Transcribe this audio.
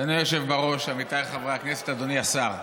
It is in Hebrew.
אדוני היושב בראש, עמיתיי חברי הכנסת, אדוני השר,